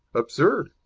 absurd!